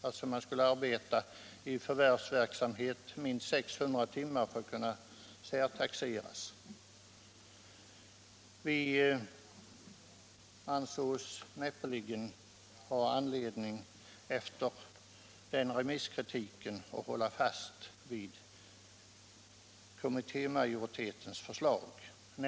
Efter den kritiken ansåg vi oss näppeligen ha anledning att hålla fast vid utredningsmajoritetens förslag.